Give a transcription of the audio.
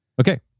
Okay